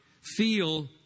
feel